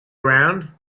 around